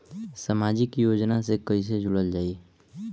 समाजिक योजना से कैसे जुड़ल जाइ?